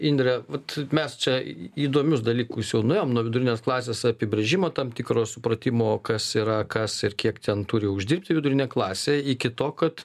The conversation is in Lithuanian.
indre vat mes čia įdomius dalykus jau nuėjom nuo vidurinės klasės apibrėžimo tam tikro supratimo kas yra kas ir kiek ten turi uždirbti vidurinė klasė iki to kad